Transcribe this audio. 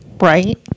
right